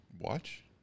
watch